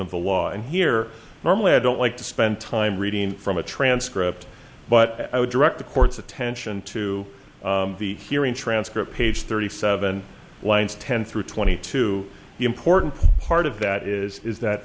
the law and here normally i don't like to spend time reading from a transcript but i would direct the court's attention to the hearing transcript page thirty seven lines ten through twenty two the important part of that is that